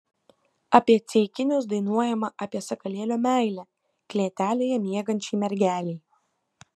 apie ceikinius dainuojama apie sakalėlio meilę klėtelėje miegančiai mergelei